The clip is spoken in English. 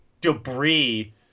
debris